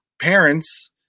parents –